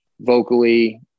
vocally